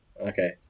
Okay